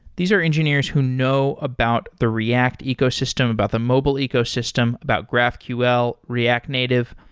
these are engineers who know about the react ecosystem, about the mobile ecosystem, about graphql, react native.